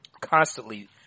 constantly